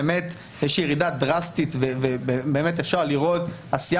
באמת יש ירידה דרסטית ואפשר לראות עשייה